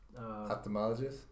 Ophthalmologist